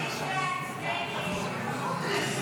נתקבלה.